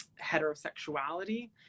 heterosexuality